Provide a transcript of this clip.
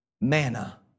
manna